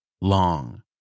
long